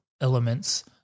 elements